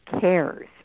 cares